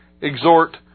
exhort